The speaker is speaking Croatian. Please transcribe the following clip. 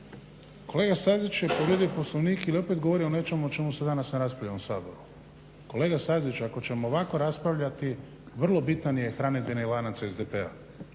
Kolega Stazić je povrijedi Poslovnik ili opet govori o nečemu o čemu se danas ne raspravlja u ovom Saboru. Kolega Stazić ako ćemo ovako raspravljati, vrlo bitan je hranidbeni lanac SDP-a.